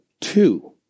two